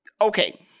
Okay